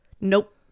Nope